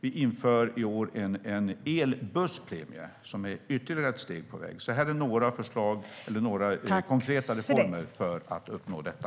Vi inför i år en elbusspremie som är ytterligare ett steg på väg. Det är några konkreta reformer för att uppnå detta.